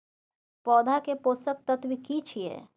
पौधा के पोषक तत्व की छिये?